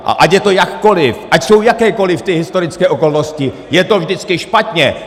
A ať je to jakkoliv, ať jsou jakékoliv historické okolnosti, je to vždycky špatně!